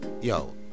Yo